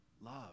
love